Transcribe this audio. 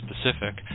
specific